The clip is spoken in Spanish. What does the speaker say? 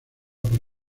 por